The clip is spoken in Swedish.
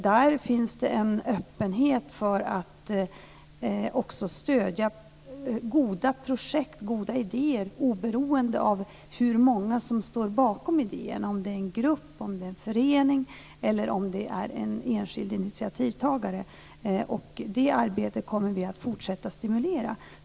Där finns det en öppenhet för att också stödja goda projekt, goda idéer, oberoende av hur många som står bakom idéerna, om det är en grupp, en förening eller en enskild initiativtagare. Det arbetet kommer vi att fortsätta att stimulera.